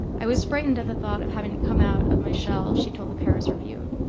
i was frightened at the thought of having come out of my shell, she told the paris review,